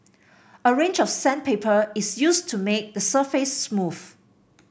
a range of sandpaper is used to make the surface smooth